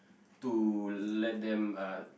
to let them uh